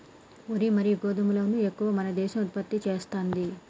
వరి మరియు గోధుమలను ఎక్కువ మన దేశం ఉత్పత్తి చేస్తాంది